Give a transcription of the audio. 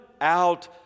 out